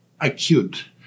acute